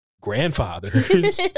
grandfathers